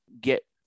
get